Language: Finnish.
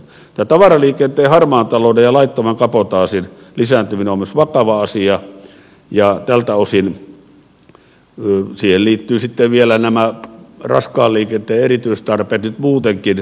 myös tavaraliikenteen harmaan talouden ja laittoman kabotaasin lisääntyminen on vakava asia ja siihen liittyy nyt muutenkin vielä nämä raskaan liikenteen erityistarpeet lpn osalta